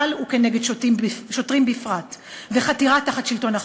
ונגד שוטרים בפרט ולחתירה תחת שלטון החוק,